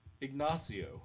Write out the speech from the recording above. Ignacio